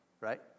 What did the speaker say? right